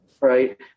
right